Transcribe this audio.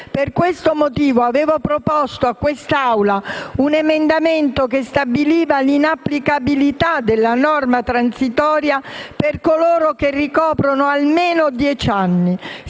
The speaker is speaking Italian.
Per questo motivo avevo proposto in Assemblea un emendamento che stabiliva l'inapplicabilità della norma transitoria per coloro che ricoprono, da almeno dieci anni,